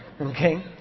Okay